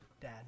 dad